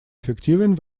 эффективен